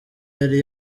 yari